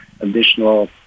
additional